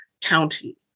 county